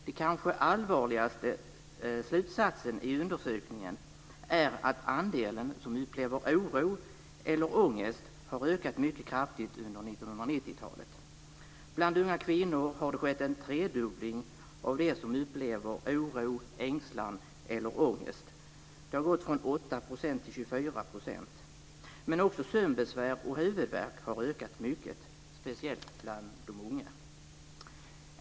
Den kanske allvarligaste slutsatsen i undersökningen är att andelen som upplever oro eller ångest har ökat mycket kraftigt under 1990-talet. Bland unga kvinnor har det skett en tredubbling av dem som upplever oro, ängslan eller ångest. Det har gått från 8 till 24 %. Även sömnbesvär och huvudvärk har ökat mycket, speciellt bland de unga.